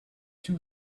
two